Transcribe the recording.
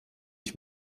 ich